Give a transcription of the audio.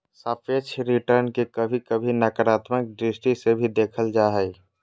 सापेक्ष रिटर्न के कभी कभी नकारात्मक दृष्टि से भी देखल जा हय